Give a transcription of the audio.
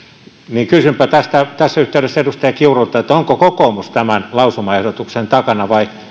niin kysynpä tässä yhteydessä edustaja kiurulta onko kokoomus tämän lausumaehdotuksen takana vai